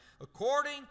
according